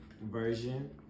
version